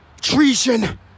treason